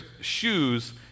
shoes